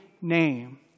name